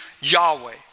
Yahweh